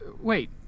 Wait